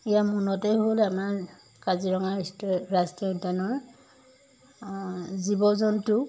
ইয়াৰ মূলতেই হ'ল আমাৰ কাজিৰঙা ইচ ৰাষ্ট্ৰীয় উদ্যানৰ জীৱ জন্তু